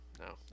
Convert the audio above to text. no